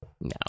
No